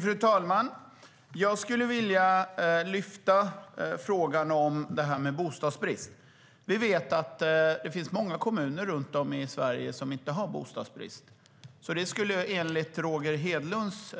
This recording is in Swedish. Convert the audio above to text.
Fru talman! Jag skulle vilja lyfta frågan om bostadsbrist. Vi vet att det finns många kommuner i Sverige som inte har bostadsbrist. Det skulle enligt Roger Hedlunds